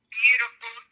beautiful